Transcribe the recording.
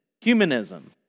humanism